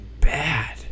bad